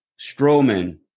Strowman